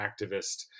activist